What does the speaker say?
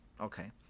Okay